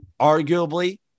arguably